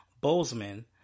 Bozeman